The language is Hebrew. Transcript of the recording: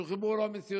שהוא חיבור לא מציאותי,